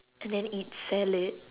and then eat salad